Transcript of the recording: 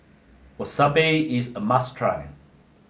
wasabi is a must try